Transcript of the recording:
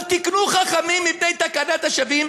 אבל תיקנו חכמים מפני תקנת השבים,